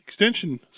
extension